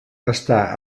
està